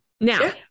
now